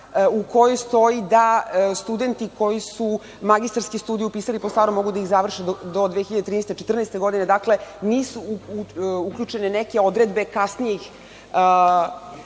u kojoj stoji da studenti koji su magistarske studije upisali po starom mogu da ih završe do 2013/14 godine, nisu uključene neke kasnijih